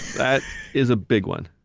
that is a big one.